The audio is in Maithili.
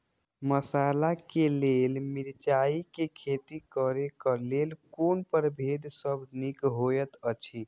मसाला के लेल मिरचाई के खेती करे क लेल कोन परभेद सब निक होयत अछि?